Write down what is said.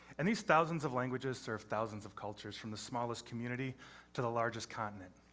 and these thousands of languages serve thousands of cultures, from the smallest community to the largest continent.